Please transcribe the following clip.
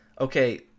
Okay